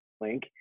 link